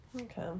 Okay